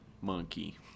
Monkey